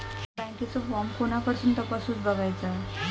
बँकेचो फार्म कोणाकडसून तपासूच बगायचा?